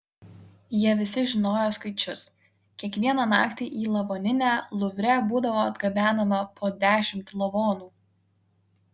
jie visi žinojo skaičius kiekvieną naktį į lavoninę luvre būdavo atgabenama po dešimt lavonų